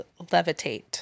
Levitate